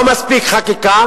לא מספיק חקיקה,